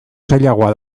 zailagoa